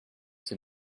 ces